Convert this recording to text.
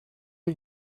are